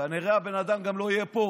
כנראה הבן-אדם גם לא יהיה פה.